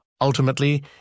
Ultimately